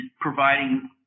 providing